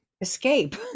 escape